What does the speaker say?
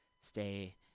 stay